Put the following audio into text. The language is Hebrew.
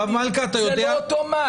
זה לא אוטומט.